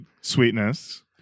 Sweetness